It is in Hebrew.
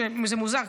שזה מוזר,